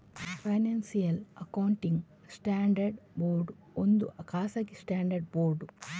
financial accounting standards board ಒಂದು ಖಾಸಗಿ standard board